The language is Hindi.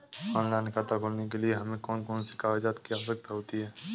ऑनलाइन खाता खोलने के लिए हमें कौन कौन से कागजात की आवश्यकता होती है?